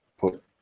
put